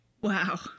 Wow